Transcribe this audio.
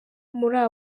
muri